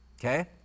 okay